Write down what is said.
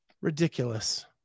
ridiculous